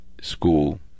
school